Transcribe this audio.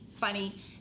funny